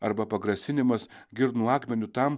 arba pagrasinimas girnų akmeniu tam